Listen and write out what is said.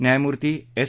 न्यायमूर्ती एस